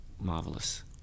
marvelous